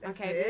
Okay